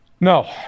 No